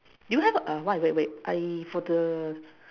do you have a why wait wait I for the